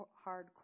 hard